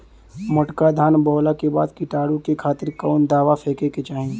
मोटका धान बोवला के बाद कीटाणु के खातिर कवन दावा फेके के चाही?